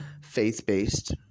Faith-based